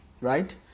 Right